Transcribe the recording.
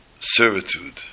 servitude